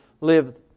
live